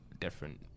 different